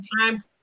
time